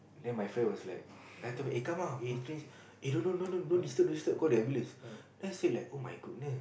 then my friend was like I told him eh come lah we eh no no no no don't disturb don't disturb call the ambulance then I say oh my goodness